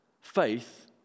faith